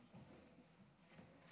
חבריי חברי הכנסת,